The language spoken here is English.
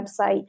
website